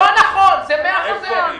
לא נכון, זה 100% הם.